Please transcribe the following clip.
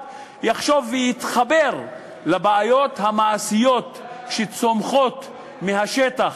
יחשבו ויתחברו לבעיות המעשיות שצומחות מהשטח.